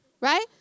right